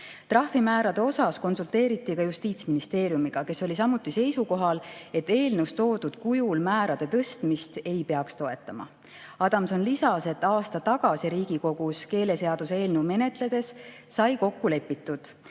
Trahvimäärade teemal konsulteeriti ka Justiitsministeeriumiga, kes oli samuti seisukohal, et eelnõus toodud kujul määrade tõstmist ei peaks toetama. Adamson lisas, et aasta tagasi Riigikogus keeleseaduse eelnõu menetledes sai kokku lepitud,